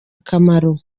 akamaro